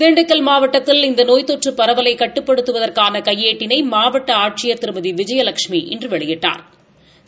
திண்டுக்கல் மாவட்டத்தில் இந்த நோய் தொற்று பரவலை கட்டுப்படுத்துவதற்கான கையேட்டினை மாவட்ட ஆட்சியா் திருமதி விஜயலஷ்மி இன்று வெளியிட்டாா்